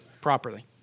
Properly